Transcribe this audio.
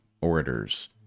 orators